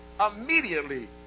Immediately